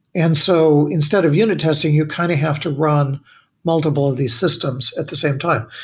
and so instead of unit testing, you kind of have to run multiple of these systems at the same time.